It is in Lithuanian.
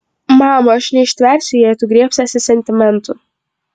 mama aš neištversiu jei tu griebsiesi sentimentų